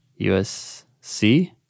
USC